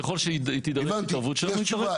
ככל שתידרש התערבות שלנו, אנחנו נתערב.